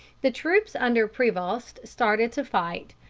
the troops under prevost started to fight,